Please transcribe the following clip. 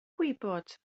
gwybod